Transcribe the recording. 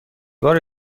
بار